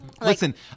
Listen